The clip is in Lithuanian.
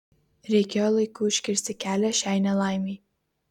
reikėjo laiku užkirsti kelią šiai nelaimei